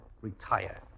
retire